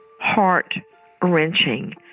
heart-wrenching